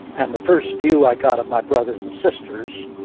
and the first view i got of my brothers and sisters